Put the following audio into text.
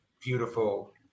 beautiful